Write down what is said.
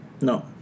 No